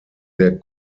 der